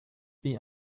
vid